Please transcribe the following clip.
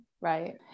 Right